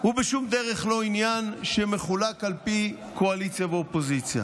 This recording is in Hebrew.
הוא בשום דרך לא עניין שמחולק על פי קואליציה ואופוזיציה.